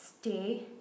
stay